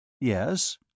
yes